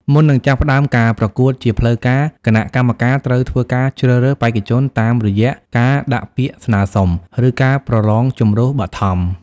មុននឹងចាប់ផ្ដើមការប្រកួតជាផ្លូវការ គណៈកម្មការត្រូវធ្វើការជ្រើសរើសបេក្ខជនតាមរយៈការដាក់ពាក្យស្នើសុំ ឬការប្រឡងជម្រុះបឋម។